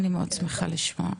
אני מאוד שמחה לשמוע.